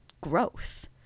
growth